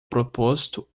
proposto